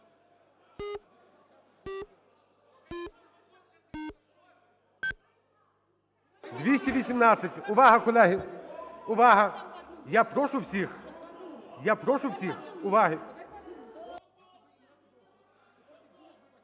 За-218 Увага, колеги! Увага! Я прошу всіх, я прошу всіх уваги.